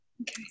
Okay